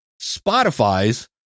Spotify's